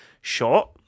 short